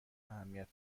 اهمیت